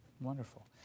Wonderful